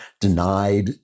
denied